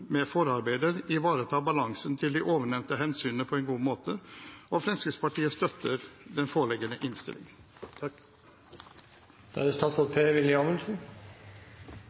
med forarbeider ivaretar balansen til de ovennevnte hensynene på en god måte, og Fremskrittspartiet støtter den foreliggende innstillingen.